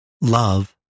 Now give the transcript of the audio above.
love